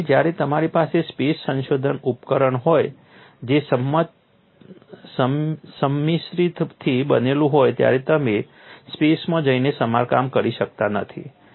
ખાસ કરીને જ્યારે તમારી પાસે સ્પેસ સંશોધન ઉપકરણ હોય જે સંમિશ્રિતથી બનેલું હોય ત્યારે તમે સ્પેસમાં જઈને સમારકામ કરી શકતા નથી